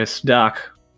Doc